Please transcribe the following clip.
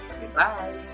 Goodbye